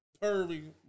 pervy